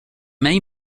may